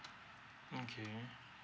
okay